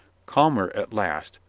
calmer at last,